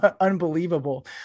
unbelievable